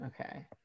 okay